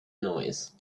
noise